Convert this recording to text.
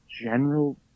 general